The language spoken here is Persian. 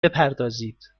بپردازید